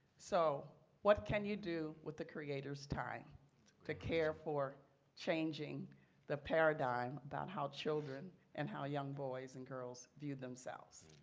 so what can you do with the creator's time to care for changing the paradigm about how children and how young boys and girls view themselves.